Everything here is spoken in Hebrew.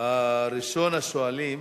ראשונת השואלים,